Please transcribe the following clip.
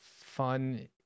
fun